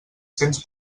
cents